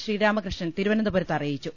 ശ്രീരാമകൃഷ്ണൻ തിരുവനന്തപുരത്ത് അറിയിച്ചു